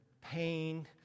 pain